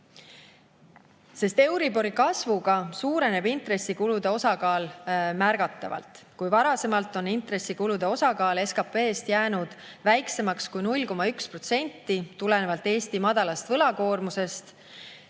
Euribori kasvuga suureneb intressikulude osakaal märgatavalt. Kui varasemalt on intressikulude osakaal SKT‑s jäänud väiksemaks kui 0,1% tulenevalt Eesti madalast võlakoormusest,